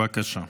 בבקשה.